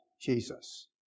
Jesus